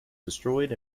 destroyed